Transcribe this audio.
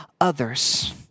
others